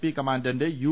P commandant U